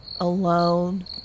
Alone